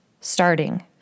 starting